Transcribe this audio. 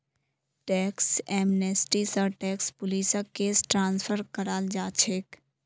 tax amnesty स tax पुलिसक case transfer कराल जा छेक